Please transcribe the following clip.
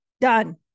done